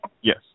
Yes